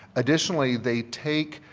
additionally, they take,